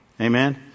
Amen